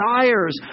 desires